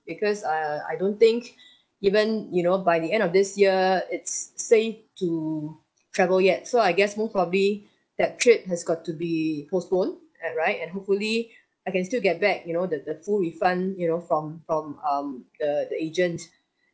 because err I don't think even you know by the end of this year it's safe to travel yet so I guess most probably that trip has got to be postponed and right and hopefully I can still get back you know the the full refund you know from from um the the agent